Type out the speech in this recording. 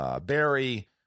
Barry